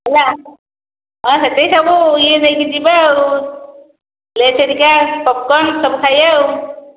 ହେଲା ହଁ ସେଇଠି ସବୁ ଇଏ ନେଇକି ଯିବା ଆଉ ଲେସ୍ ହେରିକା ପପକର୍ଣ ସବୁ ଖାଇବା ଆଉ